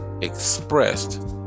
expressed